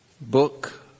book